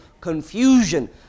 confusion